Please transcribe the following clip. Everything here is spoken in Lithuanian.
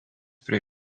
prie